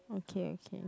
okay okay